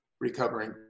recovering